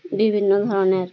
বিভিন্ন ধরনের